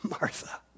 Martha